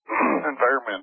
environment